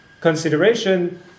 consideration